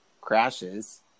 crashes